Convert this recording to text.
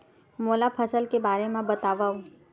मोला फसल के बारे म बतावव?